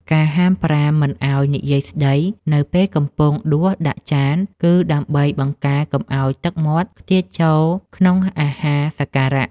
ការហាមប្រាមមិនឱ្យនិយាយស្តីនៅពេលកំពុងដួសដាក់ចាន គឺដើម្បីបង្ការកុំឱ្យទឹកមាត់ខ្ទាតចូលក្នុងអាហារសក្ការៈ។